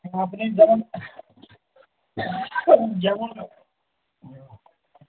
আপনি যেমন